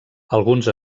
alguns